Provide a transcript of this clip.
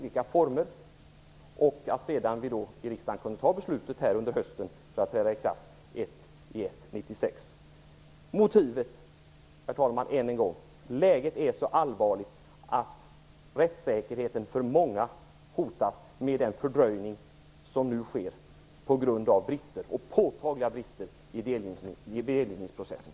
Riksdagen skulle kunna ta beslutet under hösten så att det kan träda i kraft den 1 Motivet är att läget är så allvarligt att rättssäkerheten för många hotas genom den fördröjning som nu sker på grund av påtagliga brister i delgivningsprocessen.